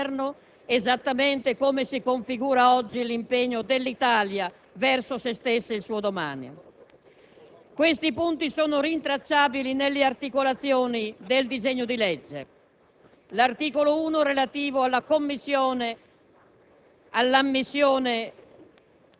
coerenza interna e apertura all'esterno, esattamente come si configura oggi l'impegno dell'Italia verso se stessa e il suo domani. Questi punti sono rintracciabili nelle articolazioni del disegno di legge: l'articolo 1, relativo alla commissione